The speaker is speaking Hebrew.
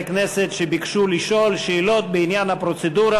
כנסת שביקשו לשאול שאלות בעניין הפרוצדורה.